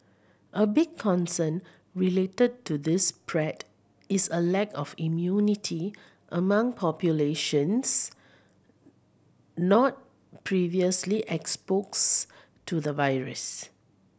a big concern related to this spread is a lack of immunity among populations not previously exposed to the virus